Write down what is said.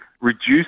reduce